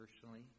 personally